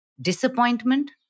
disappointment